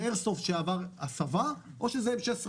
איירסופט שעבר הסבה, או M16 אמיתי.